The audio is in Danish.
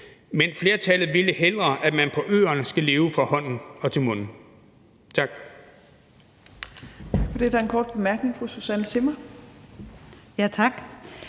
men flertallet ville hellere, at de på øerne skal leve fra hånden til munden. Tak.